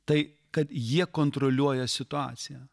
tai kad jie kontroliuoja situaciją